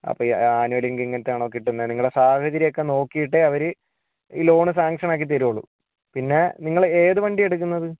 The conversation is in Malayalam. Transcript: അപ്പം ഈ ആനുവൽ ഇൻകം ഇങ്ങനത്തെ ആണോ കിട്ടുന്നത് നിങ്ങളുടെ സാഹചര്യം ഒക്കെ നോക്കിയിട്ടേ അവര് ഈ ലോണ് സാങ്ഷനാക്കി തരികയുള്ളൂ പിന്നെ നിങ്ങള് ഏത് വണ്ടിയാണ് എടുക്കുന്നത്